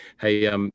Hey